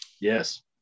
Yes